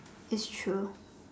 it's true